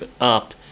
up